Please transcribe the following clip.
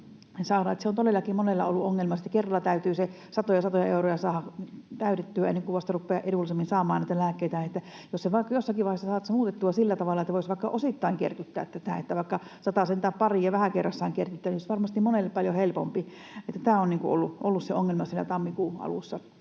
Se on todellakin monelle ollut ongelmallista, että kerralla täytyy se satoja, satoja euroja saada täytettyä ennen kuin vasta rupeaa edullisemmin saamaan niitä lääkkeitä. Jos vaikka jossakin vaiheessa saisi sen muutettua sillä tavalla, että voisi vaikka osittain kerryttää tätä, että vaikka satasen tai pari ja vähän kerrassaan kerryttäisi, niin olisi se varmasti monelle paljon helpompi. Tämä on ollut se ongelma siellä tammikuun alussa,